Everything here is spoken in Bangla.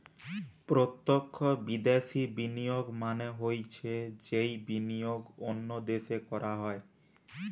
প্রত্যক্ষ বিদ্যাশি বিনিয়োগ মানে হৈছে যেই বিনিয়োগ অন্য দেশে করা হয়